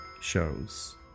shows